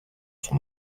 son